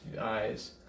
eyes